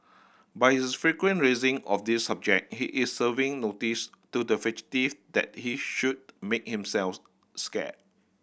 by his frequent raising of this subject he is serving notice to the fugitive that he should make himself scarce